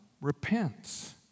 repents